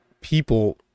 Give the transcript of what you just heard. people